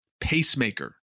pacemaker